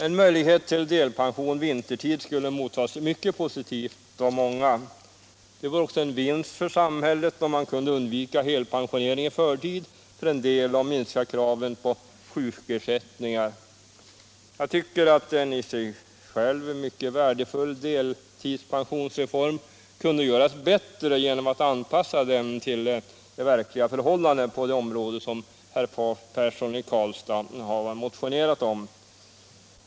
En möjlighet till delpension vintertid skulle mottas mycket positivt av många. Det vore också en vinst för samhället, om man kunde undvika helpensionering i förtid för vissa och minska kraven på sjukersättningar. Jag tycker att en i och för sig värdefull deltidspensionsreform kunde göras bättre genom att man anpassar den till de verkliga förhållandena på det område som herr Persson i Karlstad har motionerat om.